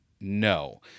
No